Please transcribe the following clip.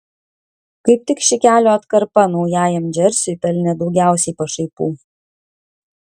kaip tik ši kelio atkarpa naujajam džersiui pelnė daugiausiai pašaipų